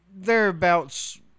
thereabouts